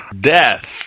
death